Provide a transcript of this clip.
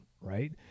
right